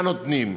מה נותנים.